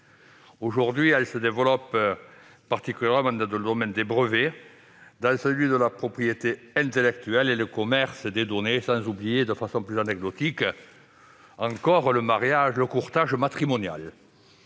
Aujourd'hui, il se développe particulièrement dans le domaine des brevets, de la propriété intellectuelle et le commerce des données, sans oublier, de façon plus anecdotique, le courtage matrimonial